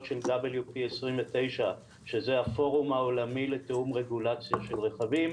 של WP29 שזה הפורום העולמי לתיאום רגולציה של רכבים,